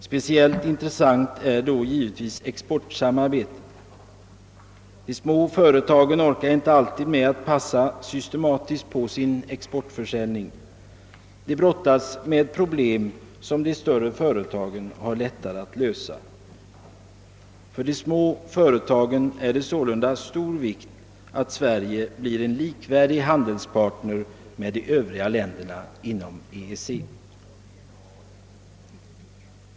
Speciellt intressant är då givetvis exportsamarbetet. De små företagen orkar inte alltid med att systematiskt passa på sin exportförsäljning. De brottas med problem som de större företagen har lättare att lösa. För de små företagen är det sålunda av stor vikt att Sverige blir en likvärdig handelspartner med de övriga länderna inom EEC.